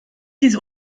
diese